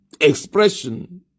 expression